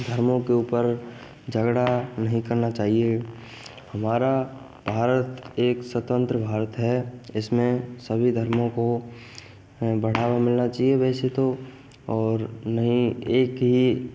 धर्मों के ऊपर झगड़ा नहीं करना चाहिए हमारा भारत एक स्वतंत्र भारत है इसमें सभी धर्मों को बढ़ावा मिलना चाहिए वैसे तो और नहीं एक ही